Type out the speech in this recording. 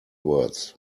words